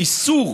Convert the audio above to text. איסור